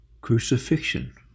crucifixion